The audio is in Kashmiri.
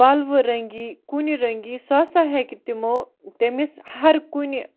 پَلوٕ رٔنٛگی کُنہِ رٔنٛگی سُہ ہَسا ہیٚکہِ تِمو تٔمِس ہر کُنہِ